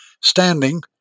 standing